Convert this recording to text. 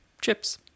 chips